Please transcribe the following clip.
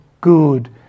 good